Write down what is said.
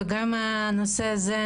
גם הנושא הזה,